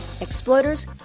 exploiters